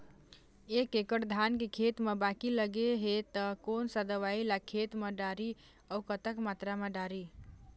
एक एकड़ धान के खेत मा बाकी लगे हे ता कोन सा दवई ला खेत मा डारी अऊ कतक मात्रा मा दारी?